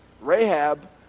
Rahab